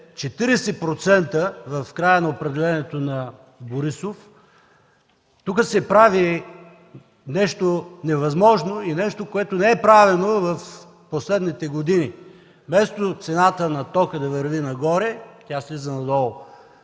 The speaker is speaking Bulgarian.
40% в края на управлението на Борисов, тук се прави нещо невъзможно, нещо, което не е правено в последните години – вместо цената на тока да върви нагоре, тя слиза надолу,